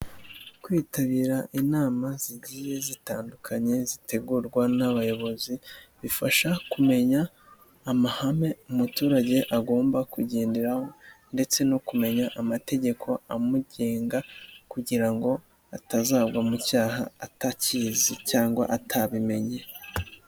Kwitabira inama zigiye zitandukanye, zitegurwa n'abayobozi, bifasha kumenya amahame umuturage agomba kugenderaho ndetse no kumenya amategeko amugenga kugira ngo atazagwa mu cyaha, atakizi cyangwa atabimenye.